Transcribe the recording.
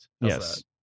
Yes